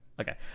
okay